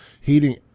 heating